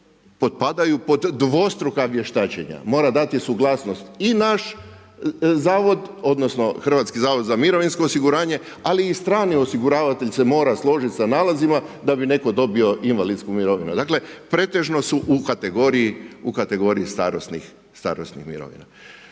potpadaju pod dvostruka vještačenja. Mora dati suglasnost i naš zavod odnosno HZMO, ali i strani osiguravatelj se mora složit sa nalazima da bi netko dobio invalidsku mirovinu. Dakle, pretežno su u kategoriji starosnih mirovina.